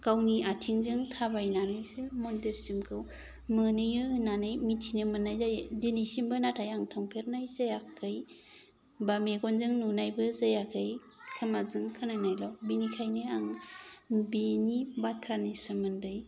गावनि आथिंजों थाबायनानैसो मन्दिरसिमखौ मोनहैयो होननानै मिथिनो मोननाय जायो दिनैसिमबो नाथाय आं थांफेरनाय जायाखै बा मेगनजों नुनायबो जायाखै खोमाजों खोनानायल' बिनिखायनो आं बिनि बाथ्रानि सोमोन्दै